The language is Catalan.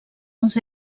els